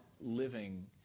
living